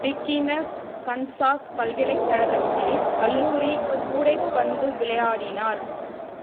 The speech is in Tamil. விக்கினஸ் கன்சாஸ் பல்கலைக்கழகத்தில் கல்லூரி கூடைப்பந்து விளையாடினார்